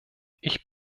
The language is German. ich